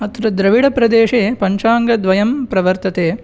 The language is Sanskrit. अत्र द्रविडप्रदेशे पञ्चाङ्गद्वयं प्रवर्तते